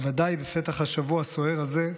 בוודאי בפתח השבוע הסוער הזה,